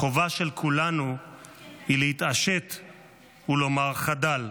החובה של כולנו היא להתעשת ולומר: חדל.